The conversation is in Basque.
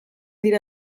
dira